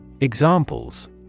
Examples